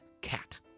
cat